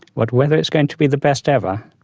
what, whether it's going to be the best ever?